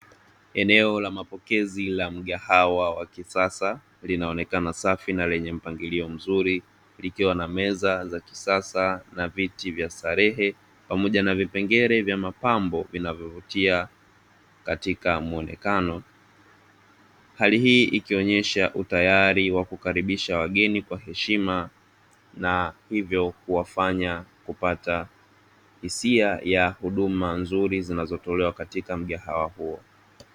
Eneo la mapokezi la mgahawa wa kisasa linaonekana safi na lenye muonekano mzuri, likiwa na meza nzuri za kisasa na viti vya starehe pamoja na vipengele vya mapambo vinavyovutia katika muonekano, hali hii inaonyesha utayari wa kukaribisha wageni kwa heshima na hivyo kuwafanya kupata hisia ya huduma nzuri zinazotolewa katika mgahawa huo.